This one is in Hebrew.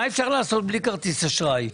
מה אפשר לעשות בלי כרטיס אשראי?